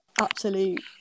absolute